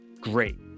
great